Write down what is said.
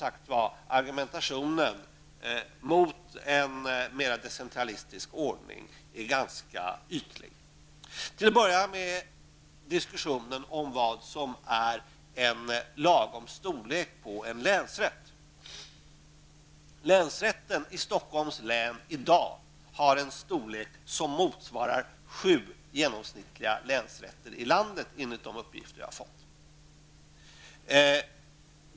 Argumentationen mot en mera decentralistisk ordning är som sagt ganska ytlig. Låt mig börja med diskussionen om vad som är en lagom storlek på en länsrätt. Länsrätten i Stockholms län har i dag, enligt de uppgifter jag har fått, en storlek som motsvarar sju genomsnittliga länsrätter i landet.